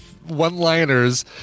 one-liners